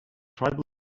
tribal